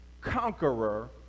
conqueror